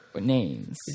names